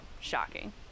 Shocking